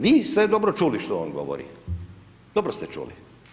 Vi ste dobro čuli što on govori, dobro ste čuli.